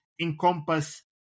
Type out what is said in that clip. encompass